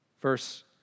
Verse